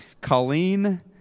Colleen